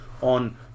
on